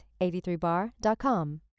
83Bar.com